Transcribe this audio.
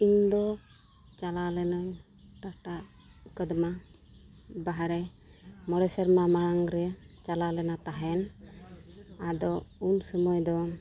ᱤᱧ ᱫᱚ ᱪᱟᱞᱟᱣ ᱞᱮᱱᱟᱹᱧ ᱴᱟᱴᱟ ᱠᱚᱫᱢᱟ ᱵᱟᱦᱟ ᱨᱮ ᱢᱚᱬᱮ ᱥᱮᱨᱢᱟ ᱢᱟᱲᱟᱝ ᱨᱮ ᱪᱟᱞᱟᱣ ᱞᱮᱱᱟ ᱛᱟᱦᱮᱸᱫ ᱟᱫᱚ ᱩᱱ ᱥᱚᱢᱚᱭ ᱫᱚ